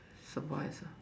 survive ah